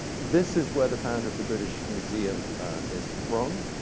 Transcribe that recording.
this is where the founder of the british museum is from.